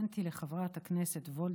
האזנתי לחברת הכנסת וולדיגר.